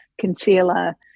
concealer